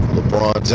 LeBron